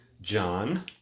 John